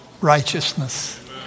Righteousness